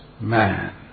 man